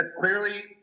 clearly